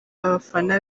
abafana